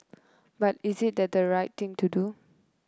but is it that the right thing to do